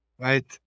right